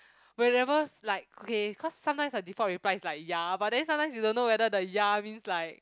whenever like okay cause sometimes I default reply like ya but then sometimes you don't know whether the ya means like